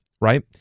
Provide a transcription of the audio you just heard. right